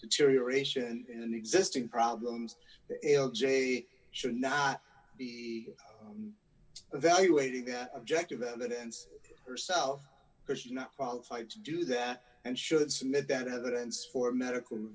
deterioration in existing problems l j should not be evaluating that objective evidence herself because she's not qualified to do that and should submit that evidence for a medical